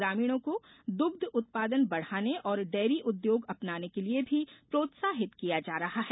ग्रामीणों को दुग्ध उत्पादन बढ़ाने और डेयरी उद्योग अपनाने के लिये भी प्रोत्साहित किया जा रहा है